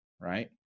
right